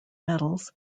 medals